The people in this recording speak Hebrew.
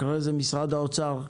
אחרי כן משרד האוצר,